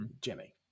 jimmy